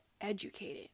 educated